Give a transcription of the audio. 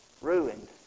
ruined